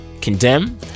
condemn